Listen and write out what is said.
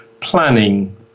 planning